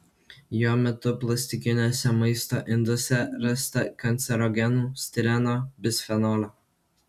jo metu plastikiniuose maisto induose rasta kancerogenų stireno bisfenolio